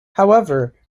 however